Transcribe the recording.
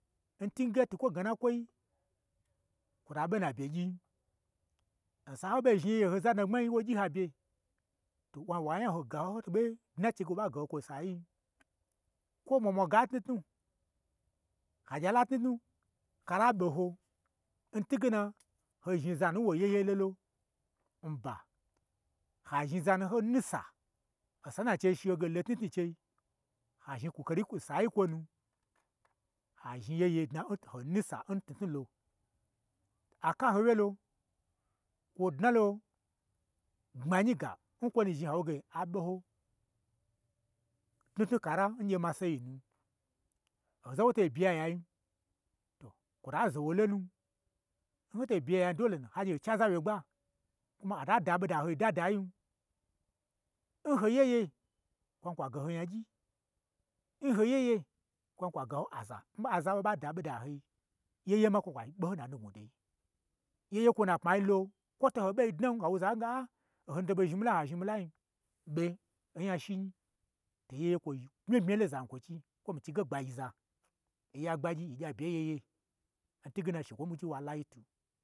N tunge, twukwo gnanakwoi, kwo ta ɓen na bye gyiin, n san hoɓo zhni ye-zadna gomai nwo gyi n ha bye, to wan wa nya ho gaho n to ɓei dna chege wo ɓa gaho kwo n sayii, kwo mwamwa ga n tnutnu, ha gye ala tnutnu kala ɓe ho, n twu ge na hozhni zanu n won yeyei lo, nba ha zhniza nun ho nusa, osa n na chei shi ho ge ho lo tnutnu n chei, ha zhni kwu kani n kwu-n sai n kwonu, ha zhni yeye dnan toho nusa n tnutnu lo, aka ho wye lo, kwo dnalo gbmanyi ga, n kwo nu zhni ha wo ge a ɓo ho tnutnu kara ngye masai nu. Oza n woto n byi yayin, to kwo ta zo wa lonu, n ho to n byi yayain, do le nu hagye, ho chaza wyegba kuma a tada ɓoda n hoi n dadayin. N ho yeye kwan kwa gaho nyagyi, n ho yeye kwan kwa gaho aza, n aza n ɓa ɓa da ɓo da n hoi, yeye ma kwon kwa ɓoho n na nu gnwu doi, yeye kwo n na pmai lo, kwo to ho ɓodna, hawo zan ge, aaa, ohonu to ɓo zhni ɓo yen, a zhni milai ha zhni milai, ɓe anya shi nyi, to yeye kwo bmya bmya yi lon zankwochi, a mii chige gbagyiza, oya gba gyi yi gyabye nyeye, n tunge na, shekwo nwo ɓwui che wa lo yi twu.